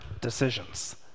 decisions